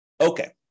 Okay